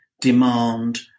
demand